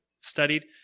studied